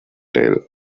tale